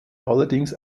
allerdings